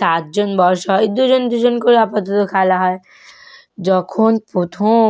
চার জন বসা হয় দুজন দুজন করে আপাতত খেলা হয় যখন প্রথম